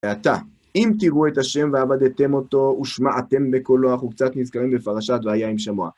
ואתה, אם תראו את השם ועבדתם אותו, ושמעתם בקולו, אנחנו קצת נזכרים בפרשת "והיה עם שמוע".